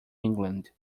england